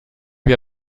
wir